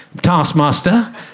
Taskmaster